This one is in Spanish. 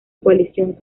coalición